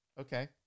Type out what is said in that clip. Okay